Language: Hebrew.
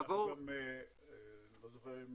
אני לא זוכר,